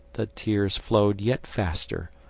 the tears flowed yet faster,